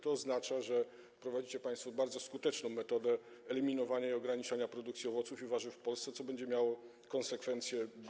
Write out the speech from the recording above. To oznacza, że stosujecie państwo bardzo skuteczną metodę eliminowania i ograniczania produkcji owoców i warzyw w Polsce, co będzie miało daleko idące konsekwencje.